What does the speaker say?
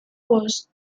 was